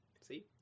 See